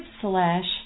slash